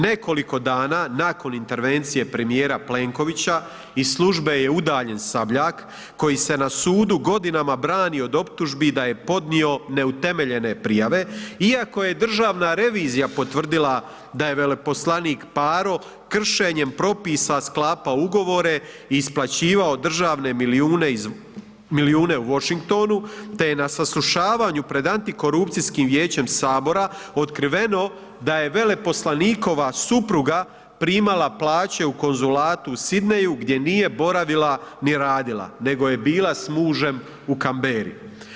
Nekoliko dana nakon intervencije premijer Plenkovića i službe je udaljen Sabljak koji se na sudu godinama brani od optužbi da je podnio neutemeljene prijave iako je Državna revizija potvrdila da je veleposlanik Paro kršenjem propisa sklapao ugovore i isplaćivao državne milijune u Washingtonu te je na saslušavanju pred Antikorupcijskim vijećem Sabora otkriveno da je veleposlanikova supruga primala plaće u konzulatu u Sidneyju gdje nije boravila ni radila nego je bila s mužem u Canberri.